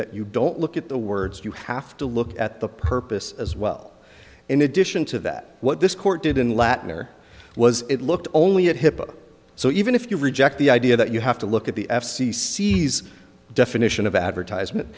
that you don't look at the words you have to look at the purpose as well in addition to that what this court did in laettner was it looked only at hipaa so even if you reject the idea that you have to look at the f c c he's definition of advertisement